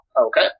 okay